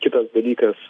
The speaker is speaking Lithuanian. kitas dalykas